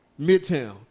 midtown